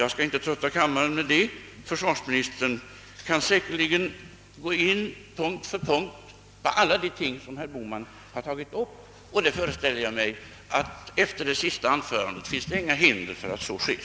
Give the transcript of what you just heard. Jag skall inte trötta kammaren med det — försvarsministern kan säkerligen punkt för punkt gå in på alla de ting herr Bohman nämnt. Jag föreställer mig att det efter det senaste anförandet inte finns några hinder för att så sker.